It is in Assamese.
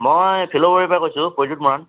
মই ফিল'বাৰীৰ পৰা কৈছোঁ প্ৰদ্যুৎ মৰাণ